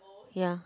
ya